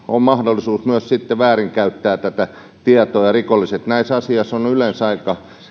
on sitten mahdollisuus myös väärinkäyttää rikolliset ovat näissä asioissa yleensä aika